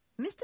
Mr